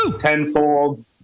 Tenfold